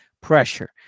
pressure